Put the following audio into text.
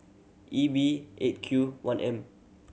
E B Eight Q one M